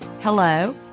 hello